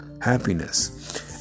happiness